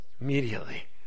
immediately